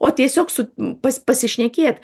o tiesiog su pas pasišnekėt